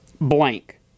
blank